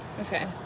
Okay